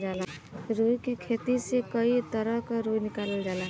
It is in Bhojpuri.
रुई के खेती से कई तरह क रुई निकालल जाला